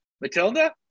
Matilda